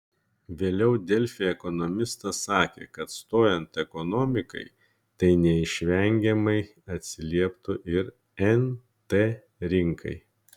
vėliau delfi ekonomistas sakė kad stojant ekonomikai tai neišvengiamai atsilieptų ir nt rinkai